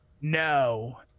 No